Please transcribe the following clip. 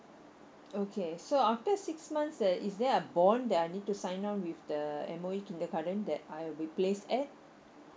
okay so after six months that is there a bond that I need to sign up with the M_O_E kindergarten that I replace at